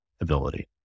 ability